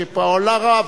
שפועלו רב.